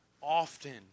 often